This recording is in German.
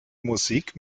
musik